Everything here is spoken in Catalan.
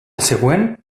següent